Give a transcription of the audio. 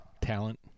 Talent